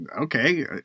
okay